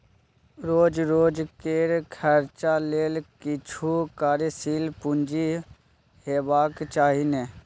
रोज रोजकेर खर्चा लेल किछु कार्यशील पूंजी हेबाक चाही ने